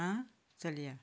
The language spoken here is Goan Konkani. आं चल या